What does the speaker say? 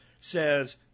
says